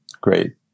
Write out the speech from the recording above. great